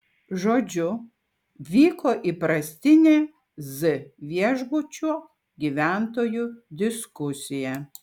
žodžiu vyko įprastinė z viešbučio gyventojų diskusija